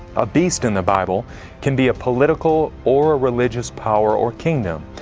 a beast in the bible can be a political or a religious power or kingdom.